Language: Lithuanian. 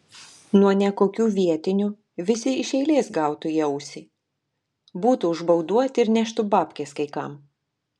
nuo nekokių vietinių visi iš eilės gautų į ausį būtų užbauduoti ir neštų babkes kai kam